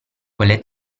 quelle